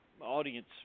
audience